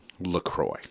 LaCroix